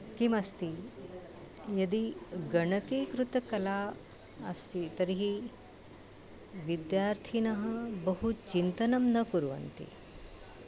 किमस्ति यदि गणकीकृतकला अस्ति तर्हि विद्यार्थिनः बहु चिन्तनं न कुर्वन्ति